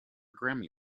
grammy